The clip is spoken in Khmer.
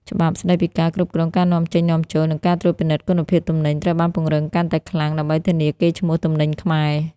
ច្បាប់ស្ដីពីការគ្រប់គ្រងការនាំចេញ-នាំចូល និងការត្រួតពិនិត្យគុណភាពទំនិញ ត្រូវបានពង្រឹងកាន់តែខ្លាំងដើម្បីធានាកេរ្តិ៍ឈ្មោះទំនិញខ្មែរ។